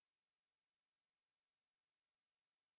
because it just like I don't know I think is just